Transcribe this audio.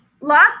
lots